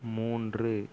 மூன்று